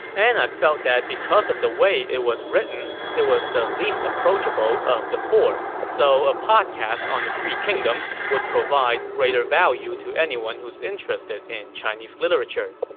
and i felt that because of the way it was written, it was the least approachable of the four, so a podcast on the three kingdoms would provide greater value to anyone who's interested in classic chinese literature.